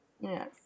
Yes